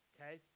okay